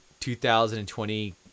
2020